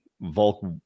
Volk